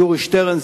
יורי שטרן,